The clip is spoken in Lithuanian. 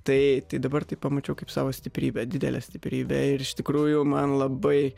tai tai dabar tai pamačiau kaip savo stiprybę didelę stiprybę ir iš tikrųjų man labai